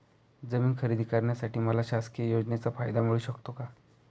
जमीन खरेदी करण्यासाठी मला शासकीय योजनेचा फायदा मिळू शकतो का?